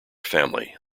family